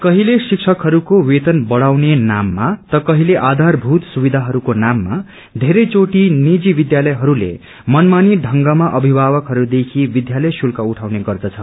क्रहिले शिक्षकहरूको वेतन बढ़ाउने नाममा त कहिले आधारभूत सुविधाहरूको नाममा धेरै चोटि निजी विद्यालयहरूले मनमनी ढंगमा अभिभावकहरूदेखि विद्यालय शुल्क उठाउने गर्दछ